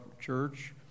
church